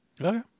Okay